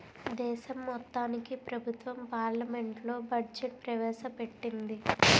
దేశం మొత్తానికి ప్రభుత్వం పార్లమెంట్లో బడ్జెట్ ప్రవేశ పెట్టింది